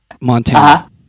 Montana